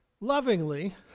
lovingly